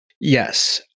Yes